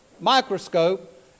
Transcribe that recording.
microscope